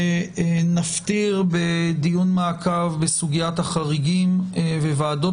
ונפטיר בדיון מעקב בסוגיית החריגים וועדות